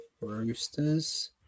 roosters